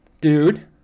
dude